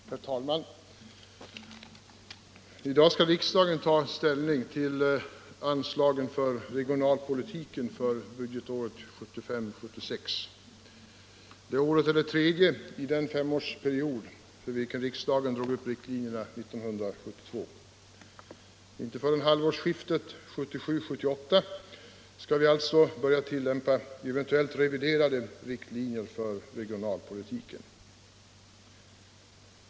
Herr talman! I dag skall riksdagen ta ställning till anslagen för regionalpolitiken för budgetåret 1975 78 skall vi alltså börja tillämpa eventuellt reviderade riktlinjer för regionalpolitiken.